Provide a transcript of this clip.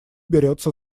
берется